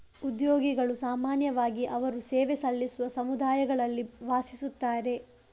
ಉದ್ಯೋಗಿಗಳು ಸಾಮಾನ್ಯವಾಗಿ ಅವರು ಸೇವೆ ಸಲ್ಲಿಸುವ ಸಮುದಾಯಗಳಲ್ಲಿ ವಾಸಿಸುತ್ತಾರೆ